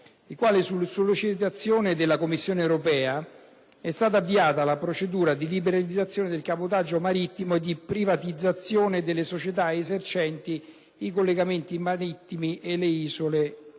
Su sollecitazione della Commissione europea è stata avviata la procedura di liberalizzazione del cabotaggio marittimo e di privatizzazione delle società esercenti i collegamenti marittimi per le isole